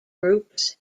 groups